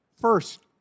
First